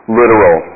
literal